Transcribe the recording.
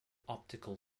optical